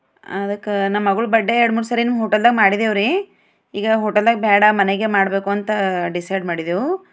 ಅದಕ್ಕೆ ನಮ್ಮ ಮಗಳ ಬಡ್ಡೆ ಎರಡು ಮೂರು ಸರಿನು ಹೋಟೆಲ್ದಾಗ ಮಾಡಿದ್ದೇವು ರಿ ಈಗ ಹೋಟೆಲ್ದಾಗ ಬೇಡ ಮನೆಗೆ ಮಾಡಬೇಕು ಅಂತ ಡಿಸೈಡ್ ಮಾಡಿದೆವು